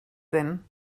then